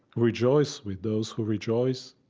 rejoice with those who rejoice,